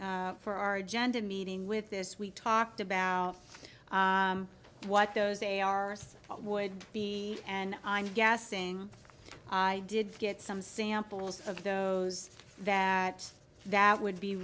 committee for our agenda meeting with this we talked about what those they are would be and i'm guessing i did get some samples of those that that would be